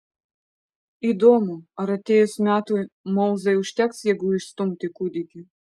įdomu ar atėjus metui mauzai užteks jėgų išstumti kūdikį